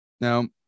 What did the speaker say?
Now